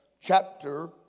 chapter